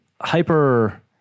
hyper